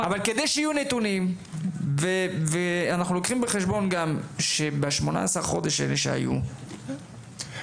אנחנו גם לוקחים בחשבון שב-18 החודשים שעברו,